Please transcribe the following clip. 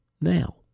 Now